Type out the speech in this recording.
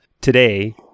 today